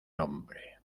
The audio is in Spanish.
nombre